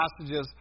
passages